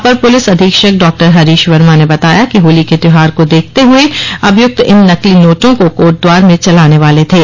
अपर police अधीक्षक डॉ हरीश वर्मा ने बताया कि होली के त्योहार को देखते हुए अभियुक्त इन नकली नोटों को कोटद्वार में चलाने वाले थे